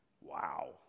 Wow